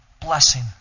blessing